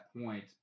point